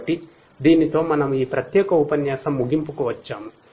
కాబట్టి దీనితో మనము ఈ ప్రత్యేక ఉపన్యాసం ముగింపుకు వచ్చాము